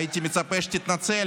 הייתי מצפה שתתנצל,